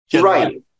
Right